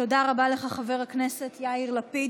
תודה רבה לך, חבר הכנסת יאיר לפיד.